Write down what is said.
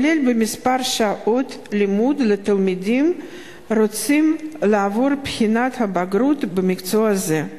כולל במספר שעות הלימוד לתלמידים הרוצים לעבור בחינת בגרות במקצוע זה.